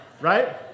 right